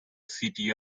city